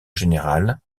général